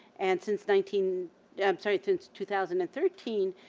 and since nineteen i'm sorry, since two thousand and thirteen,